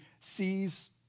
sees